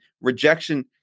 rejection